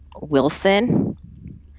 Wilson